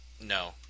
No